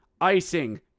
Icing